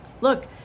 look